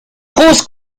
ajos